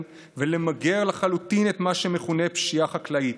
ולמגר לחלוטין את מה שמכונה פשיעה חקלאית,